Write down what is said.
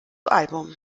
album